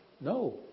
No